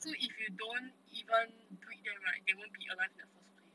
so if you don't even breed them right they won't be alive in the first place